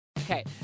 Okay